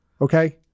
Okay